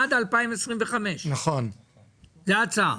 עד 2025. זאת ההצעה.